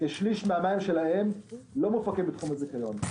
כשליש מהמים שלהם לא מופקים בתחום הזיכיון.